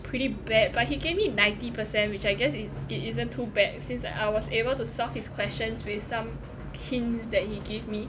pretty bad but he gave me ninety percent which I guess it it isn't too bad since like I was able to solve his questions with some hints that he gave me